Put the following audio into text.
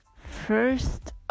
First